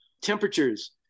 Temperatures